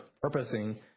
purposing